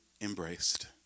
embraced